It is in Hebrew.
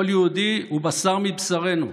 כל יהודי הוא בשר מבשרנו,